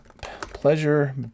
Pleasure